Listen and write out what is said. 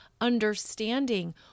understanding